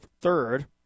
third